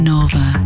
Nova